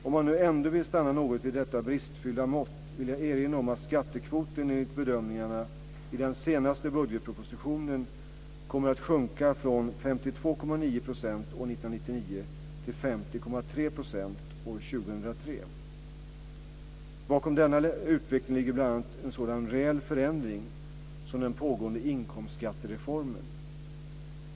Om man nu ändå vill stanna något vid detta bristfyllda mått vill jag erinra om att skattekvoten enligt bedömningarna i den senaste budgetpropositionen kommer att sjunka från 52,9 % år 1999 till 50,3 % år 2003. Bakom denna utveckling ligger bl.a. en sådan reell förändring som den pågående inkomstskattereformen.